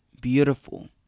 beautiful